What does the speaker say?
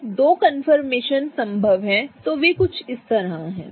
जो दो कंफर्मेशन संभव हैं वे कुछ इस तरह हैं